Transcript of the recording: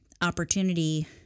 opportunity